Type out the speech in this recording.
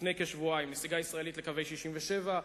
לפני כשבועיים: נסיגה ישראלית לקווי 67',